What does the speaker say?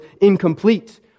incomplete